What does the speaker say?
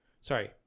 Sorry